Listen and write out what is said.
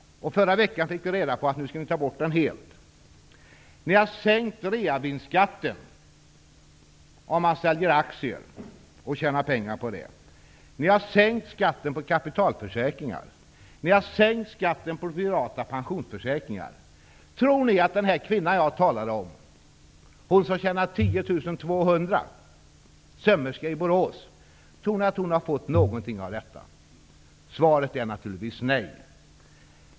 Förra veckan fick vi reda på att ni skall ta bort den helt. Ni har sänkt reavinstskatten vid försäljning av aktier. Ni har sänkt skatten på kapitalförsäkringar. Ni har sänkt skatten på privata pensionsförsäkringar. Tror ni att den kvinna jag talar om -- hon som tjänar 10 200 kr, sömmerskan från Borås -- har fått något av detta? Svaret är naturligtvis nej.